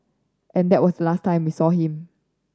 and that was the last time we saw him